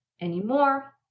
anymore